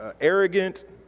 Arrogant